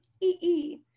EE